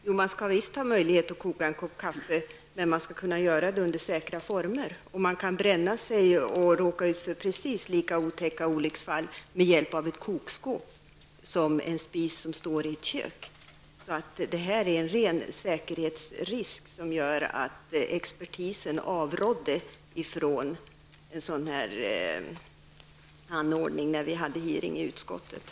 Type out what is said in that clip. Herr talman! Visst skall man ha möjlighet att koka en kopp kaffe, men man skall kunna göra det på ett säkert sätt. Patienten kan bränna sig. Man kan råka ut för precis lika otäcka olycksfall när man använder ett kokskåp som när man använder en spis som står i ett kök. Vid utfrågningen i utskottet avrådde därför expertisen av säkerhetsskäl från användningen av denna anordning.